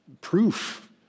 proof